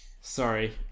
Sorry